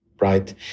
right